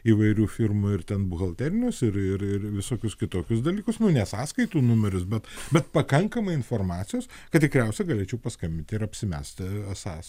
įvairių firmų ir ten buhalterinius ir ir ir visokius kitokius dalykus ne sąskaitų numerius bet bet pakankamai informacijos kad tikriausiai galėčiau paskambinti ir apsimesti esąs